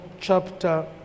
chapter